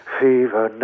fever